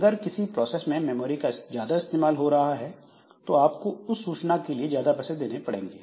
अगर किसी प्रोसेस में मेमोरी का ज्यादा इस्तेमाल हो रहा है तो आपको उस सूचना के लिए ज्यादा पैसे देने पड़ेंगे